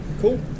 Cool